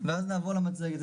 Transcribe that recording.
ואז נעבור למצגת.